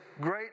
great